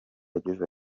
yagize